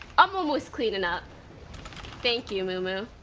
i'm almost cleaning up thank you moomoo